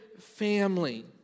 family